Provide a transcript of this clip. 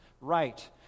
right